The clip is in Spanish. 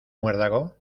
muérdago